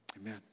amen